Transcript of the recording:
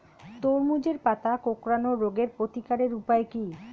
তরমুজের পাতা কোঁকড়ানো রোগের প্রতিকারের উপায় কী?